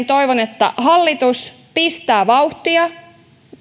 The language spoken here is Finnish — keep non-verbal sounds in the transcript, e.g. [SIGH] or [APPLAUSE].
[UNINTELLIGIBLE] toivon että tämän jälkeen hallitus pistää vauhtia